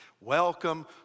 Welcome